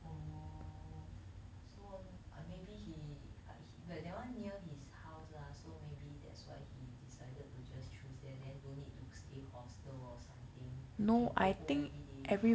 oh so err maybe he he but that one near his house lah so maybe that's why he decided to just choose there then don't need to stay hostel or something can go home every day